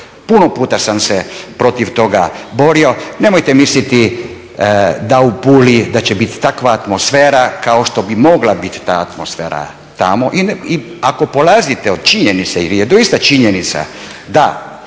Puno puta sam se protiv toga borio. Nemojte misliti da u Puli da će biti takva atmosfera kao što bi mogla biti ta atmosfera tamo. I ako polazite od činjenice, jer je doista činjenica da